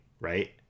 right